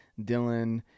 Dylan